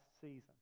season